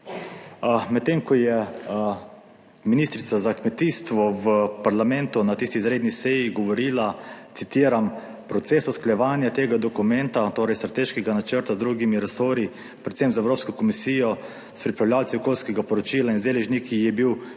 Medtem ko je ministrica za kmetijstvo v parlamentu na tisti izredni seji govorila, citiram: »Proces usklajevanja tega dokumenta, torej strateškega načrta z drugimi resorji, predvsem z Evropsko komisijo, s pripravljavci okoljskega poročila in z deležniki je bil celovit